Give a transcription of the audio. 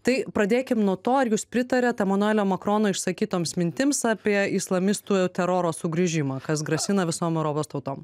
tai pradėkim nuo to ar jūs pritariat emanuelio makrono išsakytoms mintims apie islamistų teroro sugrįžimą kas grasina visom europos tautom